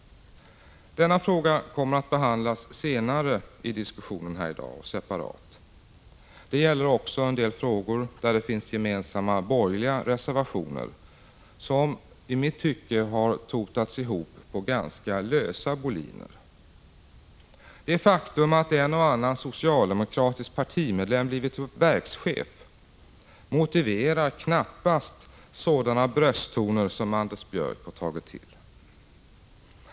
Denna fråga kommer att behandlas separat senare i diskussionen här 15 i dag. Det gäller också en del frågor där det finns gemensamma borgerliga reservationer, vilka i mitt tycke har totats ihop på ganska lösa boliner. Det faktum att en och annan socialdemokratisk partimedlem blivit verkschef motiverar knappast sådana brösttoner som Anders Björck har tagit till.